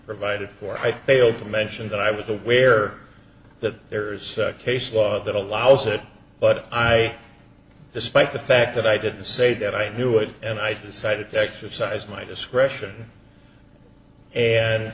provided for i failed to mention that i was aware that there is case law that allows it but i despite the fact that i did say that i knew it and i decided to exercise my discretion